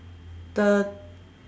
the